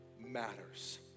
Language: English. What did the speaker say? matters